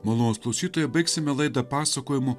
malnūs klausytojai baigsime laidą pasakojimu